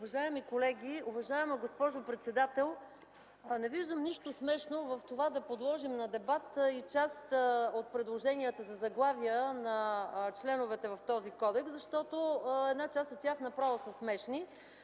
Уважаеми колеги, уважаема госпожо председател! Не виждам нищо смешно в това да подложим на дебат и част от предложенията за заглавия на членовете в този кодекс, защото една част от тях направо са смешни.